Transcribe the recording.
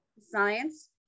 science